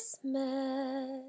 Christmas